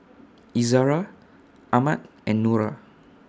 Izara Ahmad and Nura